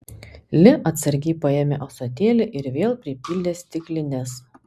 li atsargiai paėmė ąsotėlį ir vėl pripildė stiklines